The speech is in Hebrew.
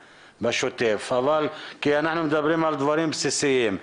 בשוטף כי אנחנו מדברים על דברים בסיסיים.